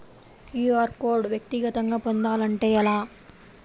QR code వ్యక్తిగతంగా పొందాలంటే ఎలా?